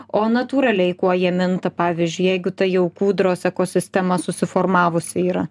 o natūraliai kuo jie minta pavyzdžiui jeigu tai jau kūdros ekosistema susiformavusi yra